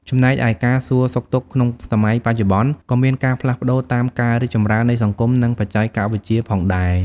ចំណែកឯ ការសួរសុខទុក្ខក្នុងសម័យបច្ចុប្បន្ន ក៏មានការផ្លាស់ប្ដូរតាមការរីកចម្រើននៃសង្គម និងបច្ចេកវិទ្យាផងដែរ។